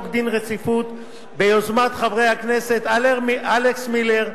דין רציפות ביוזמת חברי הכנסת אלכס מילר,